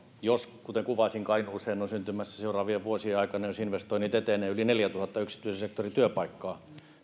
jos kuten kuvasin kainuuseen on syntymässä seuraavien vuosien aikana jos investoinnit etenevät yli neljäntuhannen yksityisen sektorin työpaikkaa